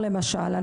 ברגע שהוא משוחרר,